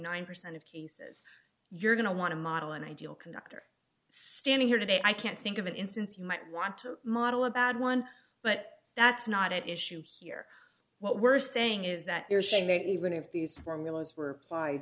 nine percent of cases you're going to want to model an ideal conductor standing here today i can't think of an instance you might want to model a bad one but that's not at issue here what we're saying is that you're saying that even if these formulas were applied